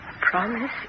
Promise